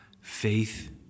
faith